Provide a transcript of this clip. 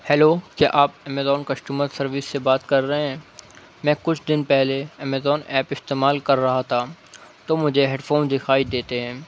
hello کیا آپ Amazon customer service سے بات کر رہے ہیں میں کچھ دن پہلے امیزون ایپ استعمال کر رہا تھا تو مجھے ہیڈ فون دکھائی دیتے ہیں